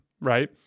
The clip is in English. right